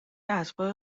اتباع